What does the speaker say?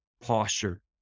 posture